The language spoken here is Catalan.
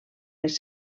les